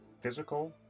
physical